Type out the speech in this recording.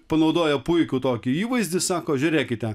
panaudojo puikų tokį įvaizdį sako žiūrėkite